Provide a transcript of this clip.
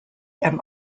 and